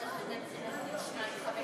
חמש